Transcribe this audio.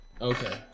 Okay